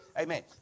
amen